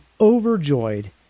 overjoyed